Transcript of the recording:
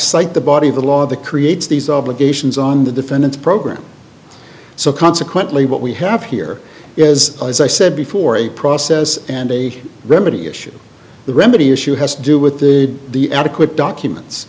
cite the body of the law that creates these obligations on the defendant's program so consequently what we have here is as i said before a process and a remedy issue the remedy issue has to do with the the adequate